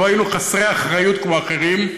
לו היינו חסרי אחריות כמו אחרים,